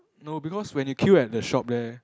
no because when you queue at the shop there